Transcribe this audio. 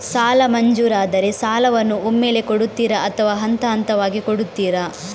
ಸಾಲ ಮಂಜೂರಾದರೆ ಸಾಲವನ್ನು ಒಮ್ಮೆಲೇ ಕೊಡುತ್ತೀರಾ ಅಥವಾ ಹಂತಹಂತವಾಗಿ ಕೊಡುತ್ತೀರಾ?